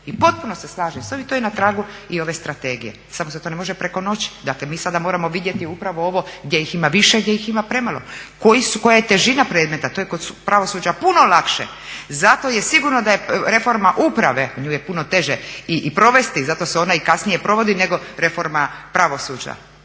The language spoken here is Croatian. i potpuno se slažem s ovim, to je na tragu i ove strategije samo se to ne može preko noći. Dakle mi sada moramo vidjeti upravo ovo gdje ih ima više, gdje ih ima premalo, koja je težina predmeta. To je kod pravosuđa puno lakše. Zato je sigurno da je reforma uprave, a nju je puno teže i provesti i zato se ona i kasnije provodi nego reforma pravosuđa,